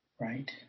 Right